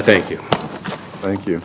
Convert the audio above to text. thank you thank you